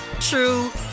true